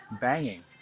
banging